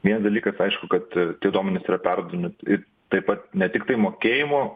vienas dalykas aišku kad tie duomenys yra perduodami į taip pat ne tiktai mokėjimo